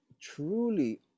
truly